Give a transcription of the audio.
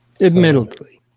Admittedly